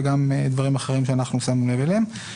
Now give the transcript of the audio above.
וגם דברים אחרים שאנחנו שמנו לב אליהם.